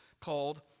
called